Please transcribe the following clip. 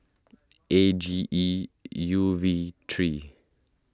A G E U V three